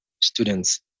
students